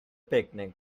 picnic